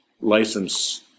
license